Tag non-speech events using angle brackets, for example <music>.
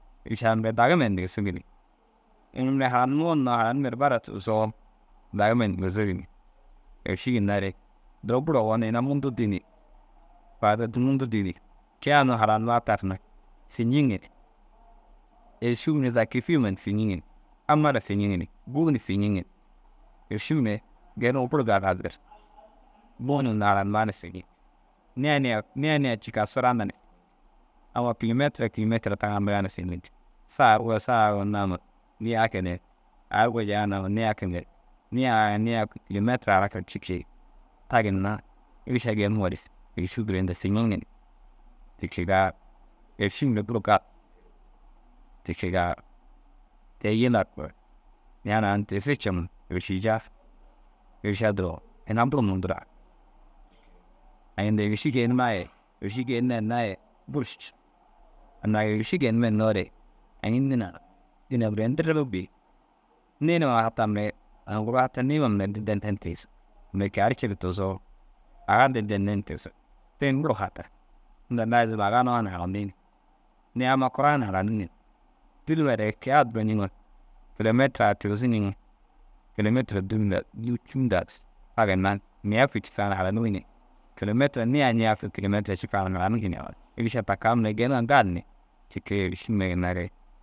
Êršaa dagime nigisig in mire haranumoo hinnoo haranimer bara tigisoo dagime nigisig ni. Êrši ginna re duro bur ogon ina mundu dîi ni. Faaida mundu dîi ni kei a haranumaa ka na fiñiŋ. Êršoo mire za kefiye ma fiñiŋ ni amma na fiñiŋ bûu ni fiñiŋ ni, êršuu mire genuŋoo bur gali haldir. Bûu nuu haranimmaa ni fiñiŋ niĩya niĩya cikaa surandaa ni amma kilemetira kilemetira tagandigaa na fiñiŋ. Saa ru saa gor nama niĩ ake, ar goji a nawu niĩ ake ne. Niĩ a yi niĩ kuu kîlometira ara cikii. Ta ginna êriša geyinuŋore êršuu duro inda fiñiŋ ni te kega. Êrši mire bur gal, te kegaa te jillar ñaana aŋ tigisi cêma êršijaa. Êrša duro ina bur mundura. Aŋ inda êriši genimaa ye êriši geenne hinnaa ye bur šiša. Inda aŋ êrši geenimme hinnoo re aŋ înni na <hesitation> dînaa duro in dirrime bêi. Niĩ numa hata mire aŋ guru hata niĩ ma na didde hinne tigisig mire kiyaar ciire tigisoo. Aga didde hinne ni tigisig te in bur hata inda laazim aga nuwaa ni haranii ni niĩya amma kuraa ni haraniŋ ni dîlma re ke a duro ñiŋo kilemetira <unintelligible> kilemetira dûu nda dûu cûu nda ta ginna niĩya fîksa ara haraniŋ ni kilemetira niĩya niĩya kûi kilemetira cikaa haraniŋ ni êrša ta ka mire gêniŋa gali ni te ke êrši mire ginna re